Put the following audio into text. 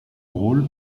rôle